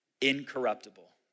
incorruptible